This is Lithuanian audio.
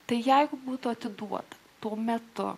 tai jeigu būtų atiduoti tuo metu